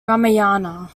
ramayana